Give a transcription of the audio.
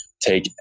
take